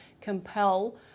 compel